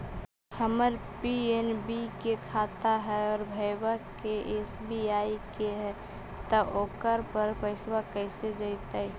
हमर पी.एन.बी के खाता है और भईवा के एस.बी.आई के है त ओकर पर पैसबा कैसे जइतै?